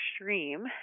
extreme